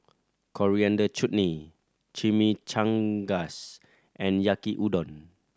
Coriander Chutney Chimichangas and Yaki Udon